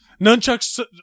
Nunchucks